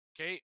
Okay